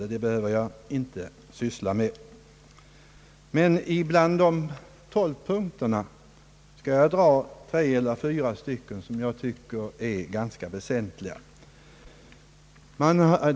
Den saken behöver jag inte syssla med. Men bland de 12 punkterna skall jag nämna tre eller fyra som jag tycker är ganska väsentliga.